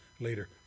later